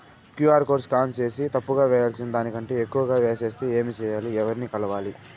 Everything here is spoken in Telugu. క్యు.ఆర్ కోడ్ స్కాన్ సేసి తప్పు గా వేయాల్సిన దానికంటే ఎక్కువగా వేసెస్తే ఏమి సెయ్యాలి? ఎవర్ని కలవాలి?